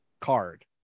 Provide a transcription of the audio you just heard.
card